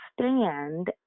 stand